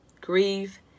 Grieve